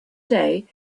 day